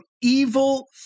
evil